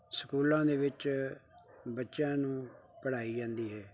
ਸਕੂਲਾਂ ਦੇ ਵਿੱਚ ਬੱਚਿਆਂ ਨੂੰ ਪੜ੍ਹਾਈ ਜਾਂਦੀ ਹੈ